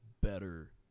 better